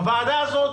בוועדה הזאת,